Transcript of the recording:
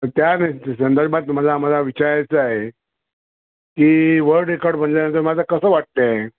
त्या म्हणजे संदर्भात तुम्हाला आम्हाला विचारायचं आहे की वर्ल्ड रेकॉर्ड बनल्यानंतर तुम्हाला कसं वाटतं आहे